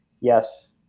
yes